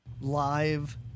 live